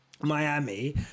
Miami